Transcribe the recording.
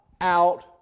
out